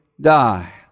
die